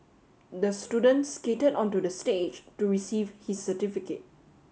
the student skated onto the stage to receive his certificate